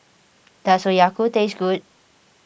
does Oyaku taste good